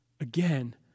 again